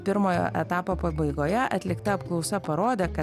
pirmojo etapo pabaigoje atlikta apklausa parodė kad